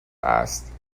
است